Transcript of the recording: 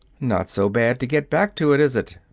not so bad to get back to it, is it?